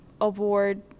award